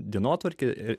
dienotvarkę ir